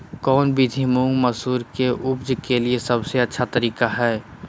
कौन विधि मुंग, मसूर के उपज के लिए सबसे अच्छा तरीका है?